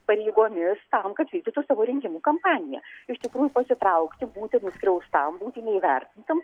pareigomis tam kad vykdytų savo rinkimų kampaniją iš tikrųjų pasitraukti būti nuskriaustam būti neįvertintam